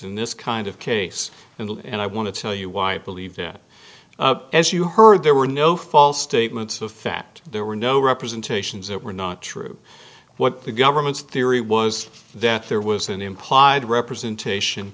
in this kind of case and i want to tell you why i believe that as you heard there were no false statements of fact there were no representations that were not true what the government's theory was that there was an implied representation